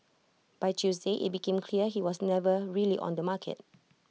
by Tuesday IT became clear he was never really on the market